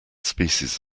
species